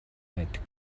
eid